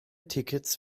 tickets